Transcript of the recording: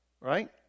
right